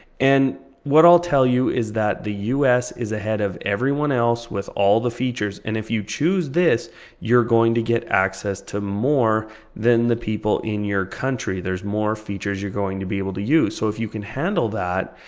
and what i'll tell you is that the us is ahead of everyone else with all the features, and if you choose this you're going to get access to more than the people in your country. there's more features you're going to be able to use. so if you can handle that,